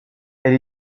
elle